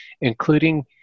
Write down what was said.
including